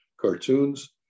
cartoons